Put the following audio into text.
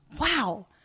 wow